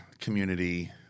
community